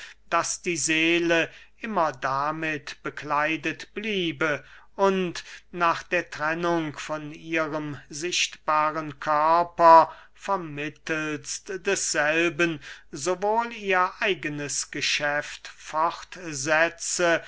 daß die seele immer damit bekleidet bliebe und nach der trennung von ihrem sichtbaren körper vermittelst desselben sowohl ihr eigenes geschäft